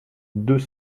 deux